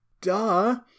duh